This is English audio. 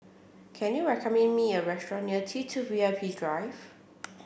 can you recommend me a restaurant near T Two V I P Drive